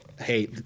Hey